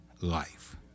life